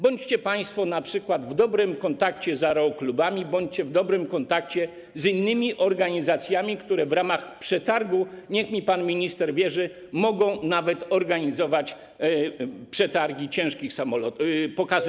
Bądźcie państwo np. w dobrym kontakcie z aeroklubami, bądźcie w dobrym kontakcie z innymi organizacjami, które w ramach przetargu, niech mi pan minister wierzy, mogą nawet organizować pokazy ciężkich samolotów.